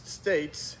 states